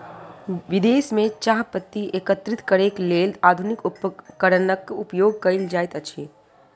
विदेश में चाह पत्ती एकत्रित करैक लेल आधुनिक उपकरणक उपयोग कयल जाइत अछि